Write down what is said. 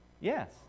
Yes